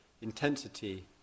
intensity